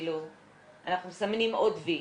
אנחנו מסמנים עוד V',